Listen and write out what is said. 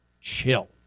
chill